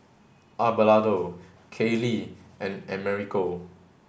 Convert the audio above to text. Abelardo Kaylee and Americo